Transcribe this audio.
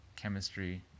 chemistry